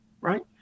right